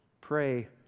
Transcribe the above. Pray